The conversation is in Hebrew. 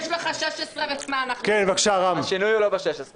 יש לך 16. השינוי הוא לא ב-16.